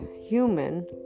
human